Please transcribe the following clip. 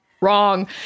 wrong